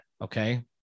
Okay